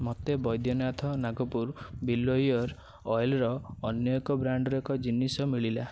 ମୋତେ ବୈଦ୍ୟନାଥ ନାଗପୁର ବିଲ୍ୱ ଇଅର୍ ଅଏଲ୍ର ଅନ୍ୟ ଏକ ବ୍ରାଣ୍ଡ୍ର ଏକ ଜିନିଷ ମିଳିଲା